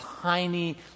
tiny